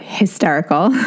Hysterical